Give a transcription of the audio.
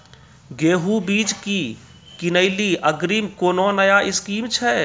गेहूँ बीज की किनैली अग्रिम कोनो नया स्कीम छ?